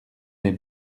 les